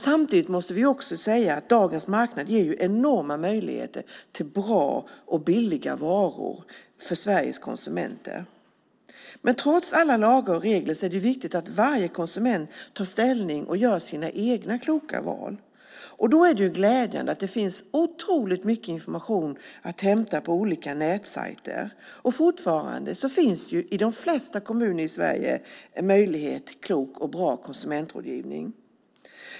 Samtidigt måste vi också säga att dagens marknad ger enorma möjligheter till bra och billiga varor för Sveriges konsumenter. Men trots alla lagar och regler är det viktigt att varje konsument tar ställning och gör sina egna kloka val. Då är det glädjande att det finns otroligt mycket information att hämta på olika nätsajter, och i de flesta kommuner i Sverige finns det fortfarande möjligheter till klok och bra konsumentrådgivning.